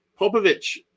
Popovich